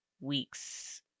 weeks